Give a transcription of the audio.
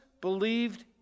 believed